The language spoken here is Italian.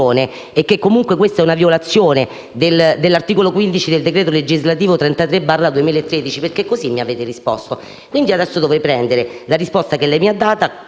e che questa è una violazione dell'articolo 15 del decreto legislativo n. 33 del 2016. Così mi avete risposto. Quindi adesso dovrei prendere la risposta che lei mi ha dato,